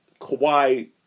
Kawhi